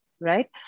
right